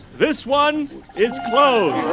this one is closed